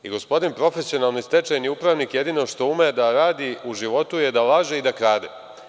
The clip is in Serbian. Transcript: I gospodin profesionalni stečajni upravnik, jedino što ume da radi u životu je da laže i da krade.